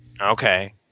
Okay